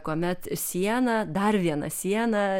kuomet sieną dar vieną sieną